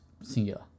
singular